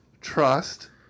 trust